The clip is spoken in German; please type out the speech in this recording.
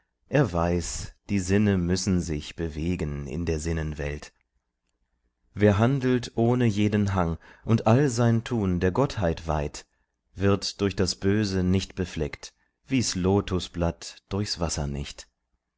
er weiß die sinne müssen sich bewegen in der sinnenwelt wer handelt ohne jeden hang und all sein tun der gottheit weiht wird durch das böse nicht befleckt wie's lotusblatt durch's wasser nicht